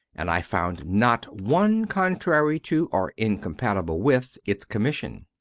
and i found not one contrary to or incompatible with its commission.